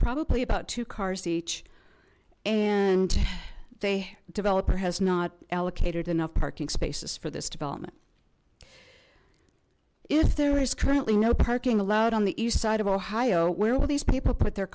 probably about two cars each and they developer has not allocated enough parking spaces for this development if there is currently no parking allowed on the east side of ohio where all these people put their